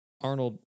Arnold